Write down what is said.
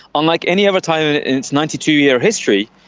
unlike any other time in its ninety two year history,